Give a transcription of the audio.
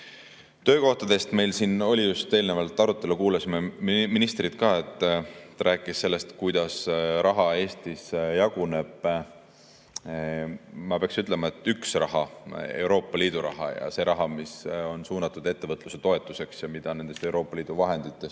Töökohtadest meil siin oli just eelnevalt arutelu, kuulasime ministrit ka, ta rääkis sellest, kuidas raha Eestis jaguneb. Ma peaksin ütlema, et üks raha, Euroopa Liidu raha ja see raha, mis on suunatud ettevõtluse toetuseks ja mida nendest Euroopa Liidu vahenditest